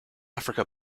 africa